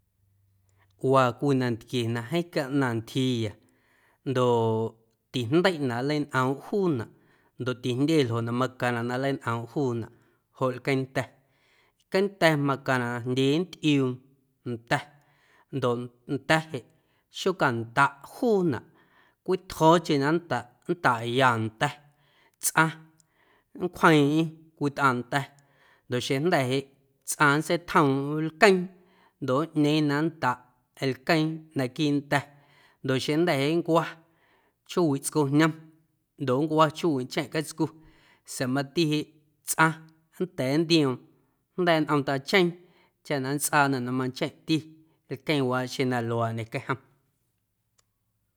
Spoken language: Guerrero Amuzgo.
Waa cwii nantquie na jeeⁿ caꞌnaⁿ ntyjiiya ndoꞌ tijndeiꞌnaꞌ nlañꞌoomꞌ juunaꞌ ndoꞌ tijndye ljoꞌ na macaⁿnaꞌ na nleiñꞌoomꞌ juunaꞌ joꞌ lqueeⁿnda̱, lqueeⁿnda̱ najndyee macaⁿnaꞌ na nntꞌiuu nda̱ ndoꞌ nda̱ jeꞌ xocandaꞌ juunaꞌ cwitjo̱o̱cheⁿ na ndaꞌ ndaꞌya nda̱ tsꞌaⁿ nncwjeeⁿꞌeⁿ cwitꞌaaⁿ nda̱ ndoꞌ xeⁿjnda̱ jeꞌ tsꞌaⁿ nntseitjoomꞌm lqueeⁿ ndoꞌ nꞌñeeⁿ na ndaꞌ lqueeⁿ naquiiꞌ nda̱ ndoꞌ xeⁿjnda̱ jeꞌ nncwa chjoowiꞌ tscojñom ndoꞌ ncwa chjoowiꞌ ncheⁿꞌ catscu sa̱a̱ mati jeꞌ tsꞌaⁿ nnda̱a̱ nntioom jnda̱a̱ nꞌom ntacheeⁿ chaꞌ na nntsꞌaanaꞌ na mancheⁿꞌti lqueeⁿwaaꞌ xeⁿ na luaaꞌ ñequeⁿ jom.